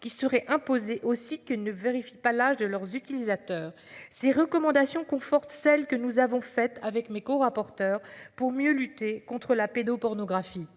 qui serait imposée aussi ne vérifie pas l'âge de leurs utilisateurs. Ces recommandations conforte celle que nous avons fait avec mes co-rapporteur pour mieux lutter contre la pédopornographie.